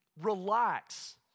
Relax